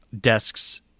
desks